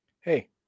Hey